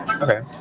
Okay